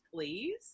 please